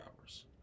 hours